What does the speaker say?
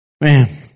Man